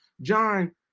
John